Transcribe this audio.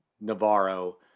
Navarro